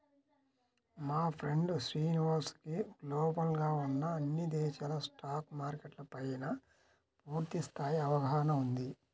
మా ఫ్రెండు శ్రీనివాస్ కి గ్లోబల్ గా ఉన్న అన్ని దేశాల స్టాక్ మార్కెట్ల పైనా పూర్తి స్థాయి అవగాహన ఉంది